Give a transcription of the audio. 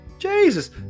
Jesus